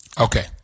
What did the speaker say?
Okay